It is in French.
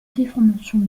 déformations